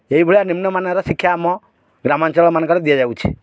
ଏହିଭଳିଆ ନିମ୍ନମାନର ଶିକ୍ଷା ଆମ ଗ୍ରାମାଞ୍ଚଳ ମାନଙ୍କରେ ଦିଆଯାଉଛି